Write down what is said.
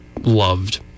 loved